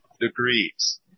degrees